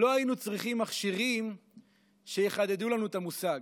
לא היינו צריכים מכשירים שיחדדו לנו את המושג.